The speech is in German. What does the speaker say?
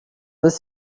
ist